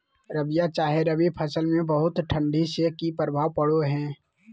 रबिया चाहे रवि फसल में बहुत ठंडी से की प्रभाव पड़ो है?